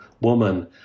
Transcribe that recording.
woman